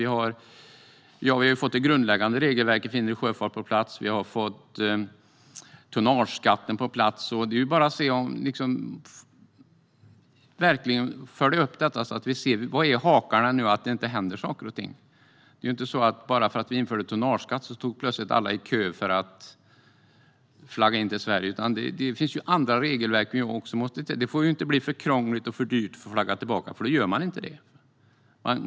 Vi har fått ett grundläggande regelverk för inre sjöfart på plats. Vi har också fått tonnageskatten på plats. Nu får vi verkligen följa upp detta för att se var hakarna finns, så att det inte händer saker och ting. Bara för att vi införde en tonnageskatt var det inte så att alla plötsligt stod i kö för att flagga in till Sverige. Det finns även andra regelverk som vi måste titta på. Det får inte bli för krångligt och för dyrt för att flagga tillbaka. Då gör man inte det.